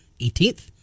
18th